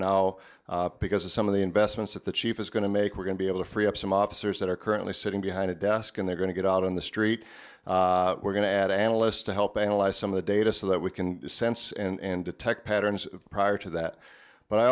now because of some of the investments that the chief is going to make we're going to be able to free up some officers that are currently sitting behind a desk and they're going to get out on the street we're going to add analysts to help analyze some of the data so that we can sense and detect patterns prior to that but i